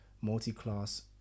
multi-class